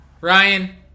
Ryan